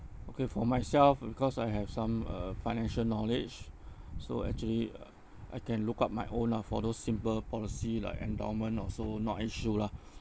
okay for myself because I have some uh financial knowledge so actually uh I can look up my own lah for those simple policy like endowment or so not an issue lah